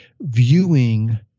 viewing